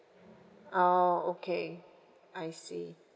oh okay I see